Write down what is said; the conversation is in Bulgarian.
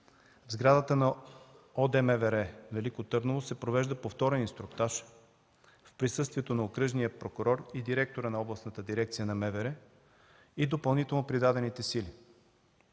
в сградата на ОДМВР - Велико Търново, се провежда повторен инструктаж в присъствието на окръжния прокурор и директора на Областната дирекция на МВР и допълнително придадените сили.